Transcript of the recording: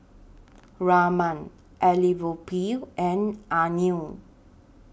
Raman Elattuvalapil and Anil